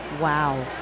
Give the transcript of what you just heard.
Wow